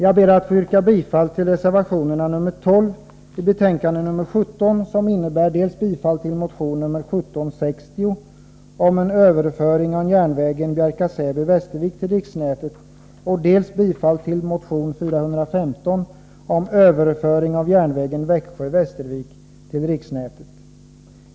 Jag ber att få yrka bifall till reservation 12 i betänkandet nr 17, vilket innebär dels bifall till motion 1760 om en överföring av järnvägen Bjärka/Säby-Västervik till riksnätet, dels bifall till motion 415 om överföring av järnvägen Växjö-Västervik till riksnätet.